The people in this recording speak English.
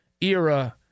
era